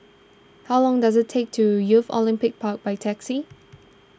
how long does it take to Youth Olympic Park by taxi